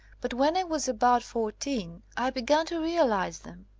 but when i was about fourteen i began to real ize them,